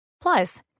Plus